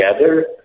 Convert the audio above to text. together